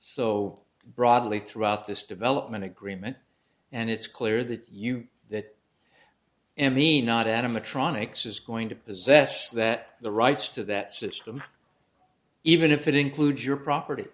so broadly throughout this development agreement and it's clear that you that am me not animatronics is going to possess that the rights to that system even if it includes your property